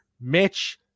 Mitch